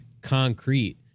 concrete